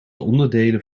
onderdelen